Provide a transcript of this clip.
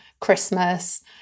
Christmas